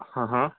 हं हं